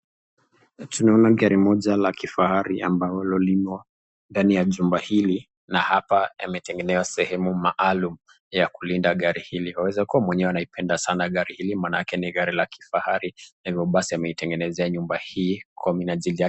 Tunaona gari moja ya kifahari ambalo limo ndani ya jumba hili na hapa imetengenezwa sehemu maalum ya kulinda gari hili, yaweza kuwa mwenyewe anapenda sana gari hili maanake ni gari la kifahari, hivyo basi ameitengenezea nyumba hii kwa minajili yake.